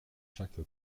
chaque